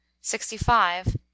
sixty-five